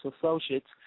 associates